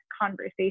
conversation